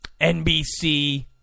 NBC